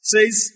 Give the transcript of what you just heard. Says